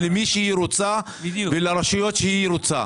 למי שהיא רוצה ולרשויות שהיא רוצה?